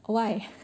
why